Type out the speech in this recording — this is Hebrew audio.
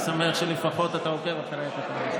אני שמח שלפחות אתה עוקב אחרי הכתבות.